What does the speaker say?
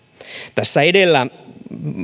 tässä edellä